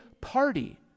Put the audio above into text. party